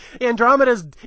Andromeda's